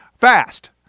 fast